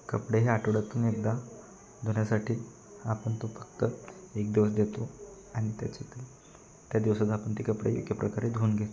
कपडे हे आठवड्यातून एकदा धुण्यासाठी आपण तो फक्त एक दिवस देतो आणि त्याच्यातही त्या दिवसात आपण ते कपडे एका प्रकारे धुवून घेतो